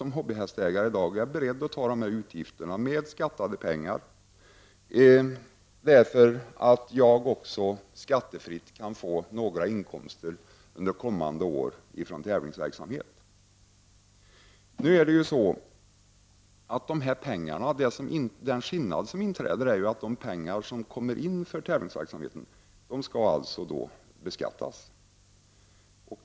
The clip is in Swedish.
Som hobbyhästägare i dag är jag beredd att ta dessa utgifter, med skattade pengar, därför att jag skattefritt kan få några inkomster under kommande år från tävlingsverksamhet. Den skillnad som inträder är att de pengar som kommer in från tävlingsverksamhet skall beskattas.